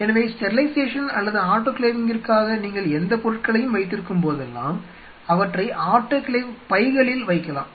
எனவே ஸ்டெரிலைசேஷன் அல்லது ஆட்டோகிளேவிங்கிற்காக நீங்கள் எந்தப் பொருட்களையும் வைத்திருக்கும் போதெல்லாம் அவற்றை ஆட்டோகிளேவ் பைகளில் வைக்கலாம்